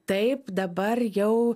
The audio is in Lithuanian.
taip dabar jau